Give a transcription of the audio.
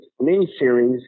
miniseries